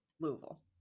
louisville